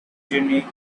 journey